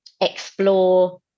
explore